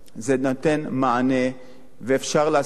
זה נותן מענה ואפשר לעשות.